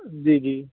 जी जी